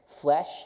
flesh